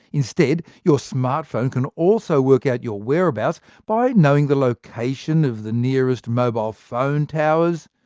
instead, your smart phone can also work out your whereabouts by knowing the location of the nearest mobile phone towers,